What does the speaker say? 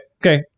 okay